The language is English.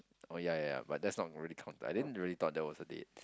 oh ya ya ya but that's not really counted I didn't really thought that was a date